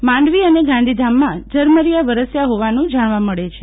માંડવી અને ગાંધીધામમાં ઝરમરીયા વરસ્યા હોવાનું જાણવા મળે છે